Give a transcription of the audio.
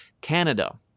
Canada